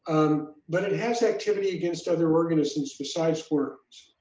um but it has activity against other organisms besides worms,